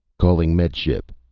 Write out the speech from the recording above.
calling med ship.